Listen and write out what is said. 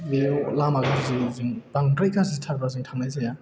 बेयाव लामा गाज्रियाव बांद्राय गाज्रिथारबा जों थांनाय जाया